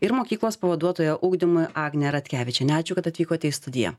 ir mokyklos pavaduotoja ugdymui agnė ratkevičė ačiū kad atvykote į studiją